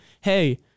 hey